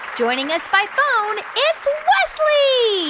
joining us by phone, it's wesley.